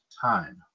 time